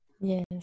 Yes